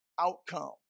outcome